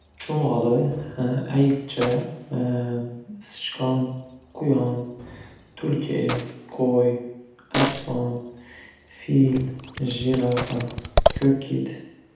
Chumoli, ayiqcha, sichqon, quyon, tulki, qo‘y, arslon, fil, jirafa, ko‘kkit.